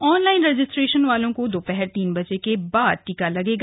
online registration वालों को दोपहर तीन बजे तक टीका लगेगा